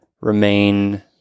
remain